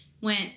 went